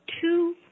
two